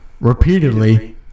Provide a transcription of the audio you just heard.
repeatedly